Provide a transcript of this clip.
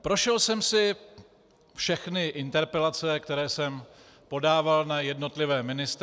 Prošel jsem si všechny interpelace, které jsem podával na jednotlivé ministry.